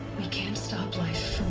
we can't stop life